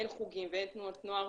אין חוגים ואין תנועות נוער,